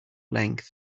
length